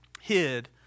hid